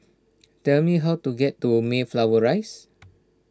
tell me how to get to Mayflower Rise